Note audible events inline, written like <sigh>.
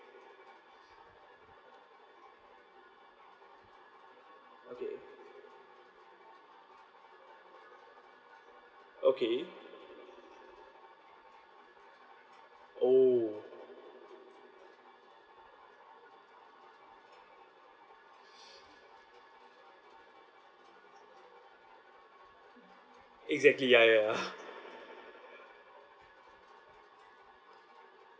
okay okay oh <noise> exactly ya ya ya <laughs>